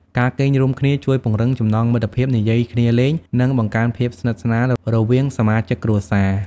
ការគេងរួមគ្នាជួយពង្រឹងចំណងមិត្តភាព និយាយគ្នាលេង និងបង្កើនភាពស្និទ្ធស្នាលរវាងសមាជិកគ្រួសារ។